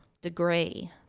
degree